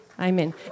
Amen